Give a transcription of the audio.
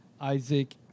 Isaac